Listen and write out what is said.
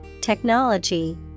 technology